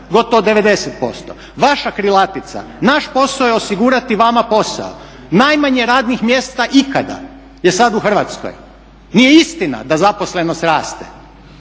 gotovo 90%. Vaša krilatica ″Naš posao je osigurati vama posao″, najmanje radnih mjesta ikada je sad u Hrvatskoj. Nije istina da zaposlenost raste.